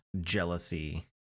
jealousy